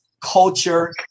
culture